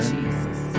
Jesus